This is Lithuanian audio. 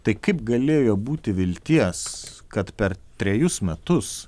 tai kaip galėjo būti vilties kad per trejus metus